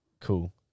cool